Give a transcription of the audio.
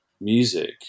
music